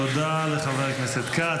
תודה לחבר הכנסת כץ.